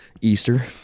Easter